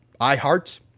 iHeart